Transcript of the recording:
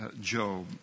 Job